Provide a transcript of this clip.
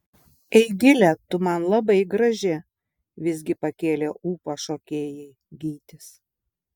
eigile tu man labai graži visgi pakėlė ūpą šokėjai gytis